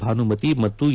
ಭಾನುಮತಿ ಮತ್ತು ಎ